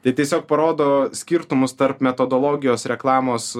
tai tiesiog parodo skirtumus tarp metodologijos reklamos